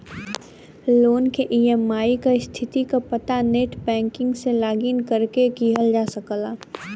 loan क EMI क स्थिति क पता नेटबैंकिंग से लॉगिन करके किहल जा सकला